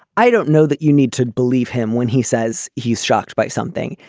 i don't know that you need to believe him when he says he's shocked by something.